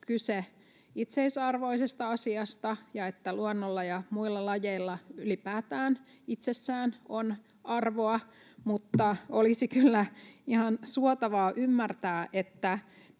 kyse itseisarvoisesta asiasta ja että luonnolla ja muilla lajeilla ylipäätään itsessään on arvoa. Mutta olisi kyllä ihan suotavaa ymmärtää, että